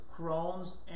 Crohn's